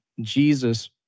Jesus